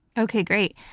okay, great.